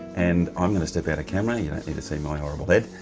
and i'm gonna step out of camera you don't need to see my horrible head.